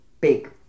big